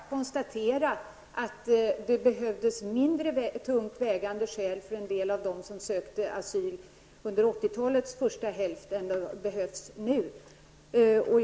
Fru talman! Jag bara konstaterar att det behövdes mindre tungt vägande skäl för en del av dem som under 80-talets första hälft sökte asyl än vad det nu behövs.